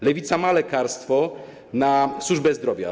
Lewica ma lekarstwo na służbę zdrowia.